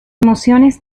emociones